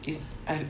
is I